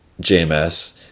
JMS